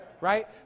Right